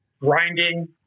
grinding